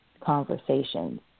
conversations